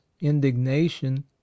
indignation